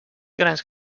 grans